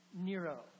Nero